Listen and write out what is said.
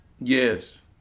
Yes